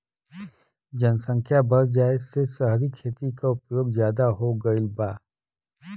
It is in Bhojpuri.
जनसख्या बढ़ जाये से सहरी खेती क उपयोग जादा हो गईल बा